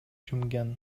жумган